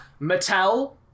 Mattel